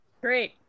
Great